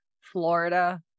Florida